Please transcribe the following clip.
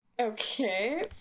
Okay